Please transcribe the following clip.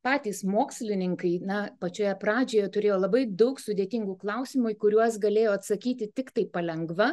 patys mokslininkai na pačioje pradžioje turėjo labai daug sudėtingų klausimų į kuriuos galėjo atsakyti tiktai palengva